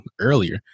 earlier